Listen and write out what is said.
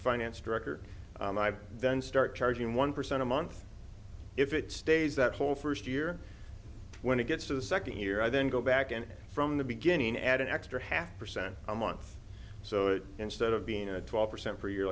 finance director and i then start charging one percent a month if it stays that whole first year when it gets to the second year i then go back and from the beginning add an extra half percent a month so instead of being a twelve percent per y